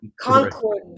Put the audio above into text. Concord